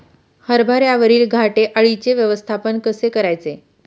हरभऱ्यावरील घाटे अळीचे व्यवस्थापन कसे करायचे?